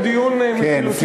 יש פה דיון בנושא אחר.